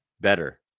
better